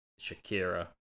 Shakira